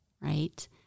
right